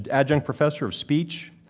and adjunct professor of speech,